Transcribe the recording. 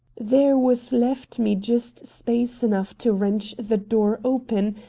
there was left me just space enough to wrench the door open,